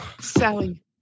Sally